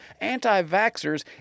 anti-vaxxers